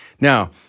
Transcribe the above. Now